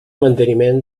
manteniment